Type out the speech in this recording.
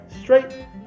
straight